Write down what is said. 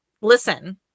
listen